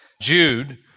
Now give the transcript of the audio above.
Jude